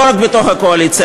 לא רק בתוך הקואליציה,